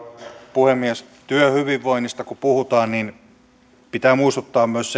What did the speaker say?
puhemies työhyvinvoinnista kun puhutaan niin pitää muistuttaa myös